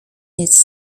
needs